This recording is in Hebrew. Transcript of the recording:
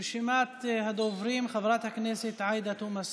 רשימת הדוברים, חברת הכנסת עאידה תומא סלימאן.